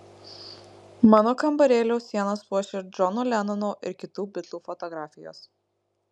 mano kambarėlio sienas puošia džono lenono ir kitų bitlų fotografijos